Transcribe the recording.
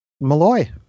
Malloy